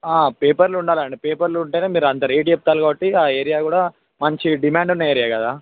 పేపర్లు ఉండాలండి పేపర్లు ఉంటే మీరు అంత రేట్ చెప్తారు కాబట్టి ఆ ఏరియా కూడా మంచి డిమాండ్ ఉన్న ఏరియా కదా